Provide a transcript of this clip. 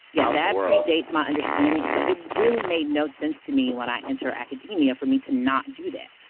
yeah that predates my understanding. so it really made no sense to me when i enter academia for me to not do that.